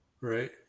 Right